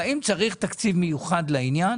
והאם צריך תקציב מיוחד לעניין?